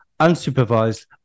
unsupervised